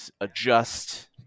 adjust